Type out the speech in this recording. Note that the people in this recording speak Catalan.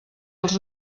els